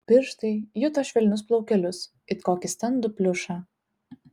pirštai juto švelnius plaukelius it kokį standų pliušą